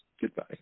Goodbye